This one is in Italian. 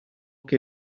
che